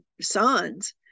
sons